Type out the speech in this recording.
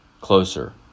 closer